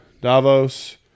Davos